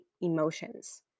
emotions